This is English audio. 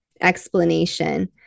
explanation